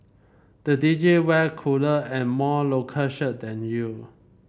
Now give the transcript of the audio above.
the D J wear cooler and more local shirt than you